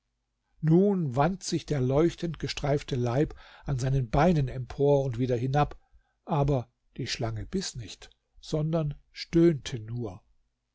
nun wand sich der leuchtend gestreifte leib an seinen beinen empor und wieder hinab aber die schlange biß nicht sondern stöhnte nur